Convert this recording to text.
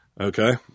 Okay